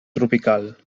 tropical